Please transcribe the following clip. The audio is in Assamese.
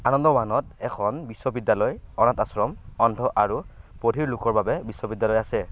আনন্দৱানত এখন বিশ্ববিদ্যালয় অনাথ আশ্ৰম অন্ধ আৰু বধিৰ লোকৰ বাবে বিশ্ববিদ্যালয় আছে